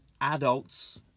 adults